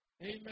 Amen